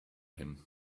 him